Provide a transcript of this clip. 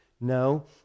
No